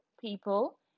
people